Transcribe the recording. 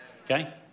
Okay